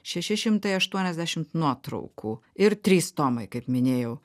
šeši šimtai aštuoniasdešimt nuotraukų ir trys tomai kaip minėjau